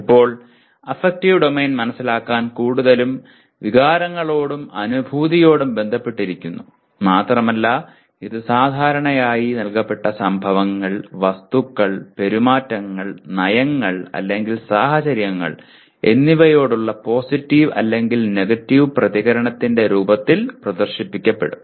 ഇപ്പോൾ affective domain മനസിലാക്കാൻ കൂടുതലും വികാരങ്ങളോടും അനുഭൂതിയോടും ബന്ധപ്പെട്ടിരിക്കുന്നു മാത്രമല്ല ഇത് സാധാരണയായി നൽകപ്പെട്ട സംഭവങ്ങൾ വസ്തുക്കൾ പെരുമാറ്റങ്ങൾ നയങ്ങൾ അല്ലെങ്കിൽ സാഹചര്യങ്ങൾ എന്നിവയോടുള്ള പോസിറ്റീവ് അല്ലെങ്കിൽ നെഗറ്റീവ് പ്രതികരണത്തിന്റെ രൂപത്തിൽ പ്രദർശിപ്പിക്കപ്പെടും